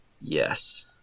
Yes